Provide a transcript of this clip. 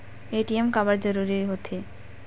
ATM काबर जरूरी हो थे?